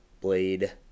blade